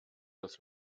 das